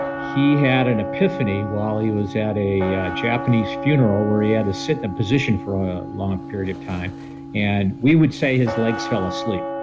he had an epiphany while he was at a japanese funeral where he had to sit in position for a long period of time and we would say his legs fell asleep,